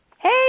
Hey